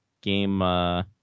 game